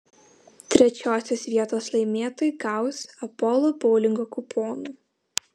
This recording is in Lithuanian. trečiosios vietos laimėtojai gaus apolo boulingo kuponų